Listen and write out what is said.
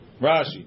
Rashi